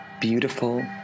beautiful